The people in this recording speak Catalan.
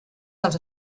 dels